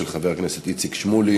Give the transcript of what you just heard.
של חבר הכנסת איציק שמולי,